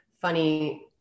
Funny